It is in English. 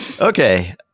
Okay